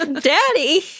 daddy